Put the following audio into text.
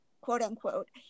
quote-unquote